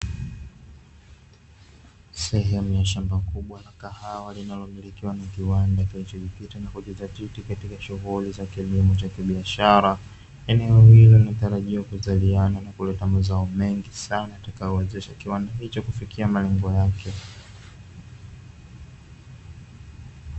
Sehemu ya shamba kubwa na kahawa linalomilikiwa na kiwanda kilichojikita na kujizatiti katika shughuli za kilimo cha kibiashara, eneo hilo linatarajiwa kuzaliana na kuleta mazao mengi sana tutakayowezesha kiwanda hicho kufikia malengo yake.